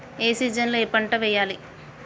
ఏ season లో ఏం పంటలు వెయ్యాలి?